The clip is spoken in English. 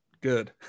Good